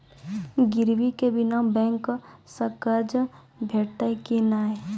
गिरवी के बिना बैंक सऽ कर्ज भेटतै की नै?